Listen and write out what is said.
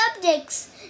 subjects